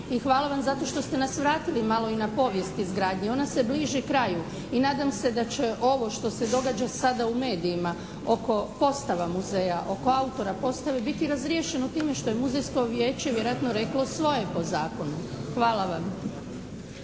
hvala vam zato što ste nas vratili malo i na povijest izgradnje. Ona se bliži kraju. I nadam se da će ovo što se događa sada u medijima oko postava, oko autora postave biti razriješeno time što je Muzejsko vijeće vjerojatno reklo svoje po zakonu. Hvala vam.